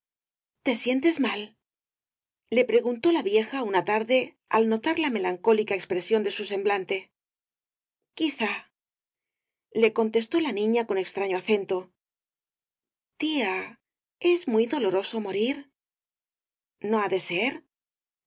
te sientes mal le preguntó la vieja una tarrosalía de castro de al notar la melancólica expresión de su semblante quizá le contestó la niña con extraño acento tía es muy doloroso morir no ha de ser